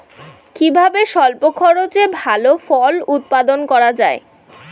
কিভাবে স্বল্প খরচে ভালো ফল উৎপাদন করা যায়?